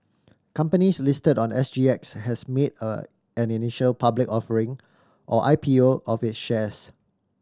companies listed on S G X has made a an initial public offering or I P O of its shares